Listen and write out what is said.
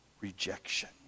rejection